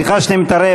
סליחה שאני מתערב,